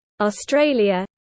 Australia